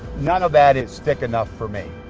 none of that is thick enough for me.